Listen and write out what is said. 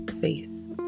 face